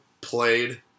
played